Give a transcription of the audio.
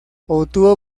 obtuvo